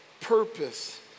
purpose